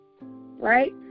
right